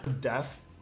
Death